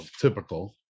Typical